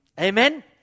Amen